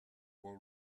will